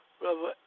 Brother